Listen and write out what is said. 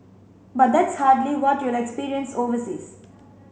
but that's hardly what you'll experience overseas